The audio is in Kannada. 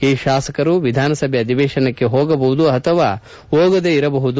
ಈ ಶಾಸಕರು ವಿಧಾನಸಭೆ ಅಧಿವೇಶನಕ್ಕೆ ಹೋಗಬಹುದು ಅಥವಾ ಹೋಗದೆ ಇರಬಹುದು